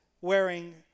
wearing